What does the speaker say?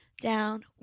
down